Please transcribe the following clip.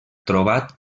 trobat